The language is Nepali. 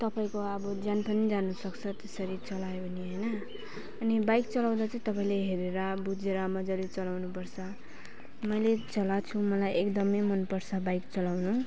तपाईँको अब ज्यान पनि जान सक्छ त्यसेरी चलायो भने हैन अनि बाइक चलाउँदा चाहिँ तपाईँले हेरेर बुझेर मजाले चलाउनुपर्छ मैले चलाएको छु मलाई एकदमै मन पर्छ बाइक चलाउनु